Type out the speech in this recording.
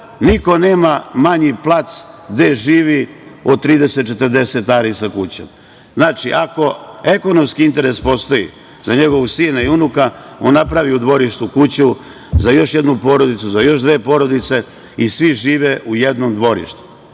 niko nema manji plac gde živi od 30-40 ari sa kućom. Znači, ako ekonomski interes postoji za njegovog sina i unuka, on napravi u dvorištu kuću za još jednu porodicu, za još dve porodice i svi žive u jednom dvorištu. Na